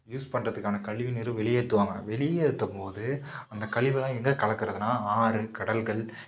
use பண்ணுறதுக்கான கழிவு நீரும் வெளியேற்றுவாங்க வெளியேற்றும் போது அந்த கழிவெலாம் எங்கே கலக்கிறதுனா ஆறு கடல்கள்